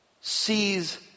sees